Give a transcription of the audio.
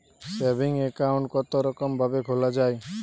Saving account কতরকম ভাবে খোলা য়ায়?